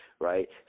right